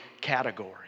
category